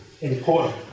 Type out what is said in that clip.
important